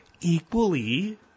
equally